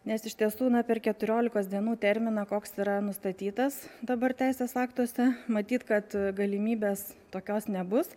nes iš tiesų per keturiolikos dienų terminą koks yra nustatytas dabar teisės aktuose matyt kad galimybes tokios nebus